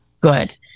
good